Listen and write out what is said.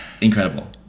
Incredible